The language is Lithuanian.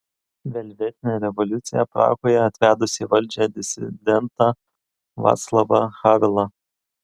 velvetinė revoliucija prahoje atvedusi į valdžią disidentą vaclavą havelą